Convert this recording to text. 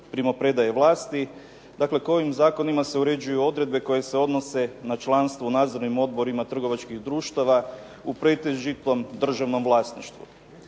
primopredaje vlasti, dakle, kojim zakonima se uređuju odredbe koje se odnose na članstvo u nadzornim odborima trgovačkih društava u pretežitom državnom vlasništvu.